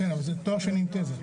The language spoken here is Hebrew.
כן, אבל זה תואר שני עם תזה.